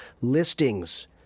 listings